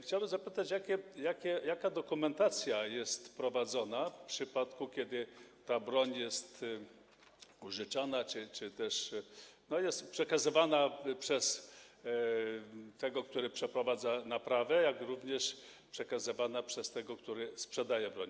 Chciałbym zapytać: Jaka dokumentacja jest prowadzona w przypadku, kiedy ta broń jest użyczana czy też jest przekazywana przez tego, który przeprowadza naprawę, jak również przekazywana przez tego, który sprzedaje broń?